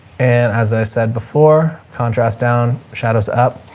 and as i said before, contrast down shadows up,